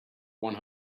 one